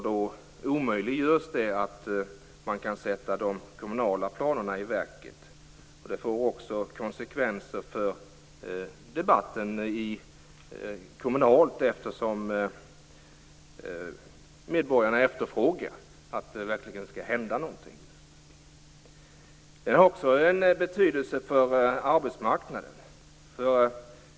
Då omöjliggörs det att man kan sätta de kommunala planerna i verket. Det får även konsekvenser för debatten kommunalt eftersom medborgarna efterfrågar att det verkligen skall hända något. Det har också betydelse för arbetsmarknaden.